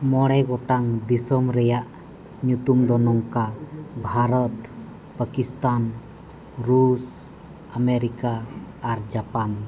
ᱢᱚᱬᱮ ᱜᱚᱴᱟᱝ ᱫᱤᱥᱚᱢ ᱨᱮᱭᱟᱜ ᱧᱩᱛᱩᱢ ᱫᱚ ᱱᱚᱝᱠᱟ ᱵᱷᱟᱨᱚᱛ ᱯᱟᱠᱤᱥᱛᱟᱱ ᱨᱩᱥ ᱟᱢᱮᱨᱤᱠᱟ ᱟᱨ ᱡᱟᱯᱟᱱ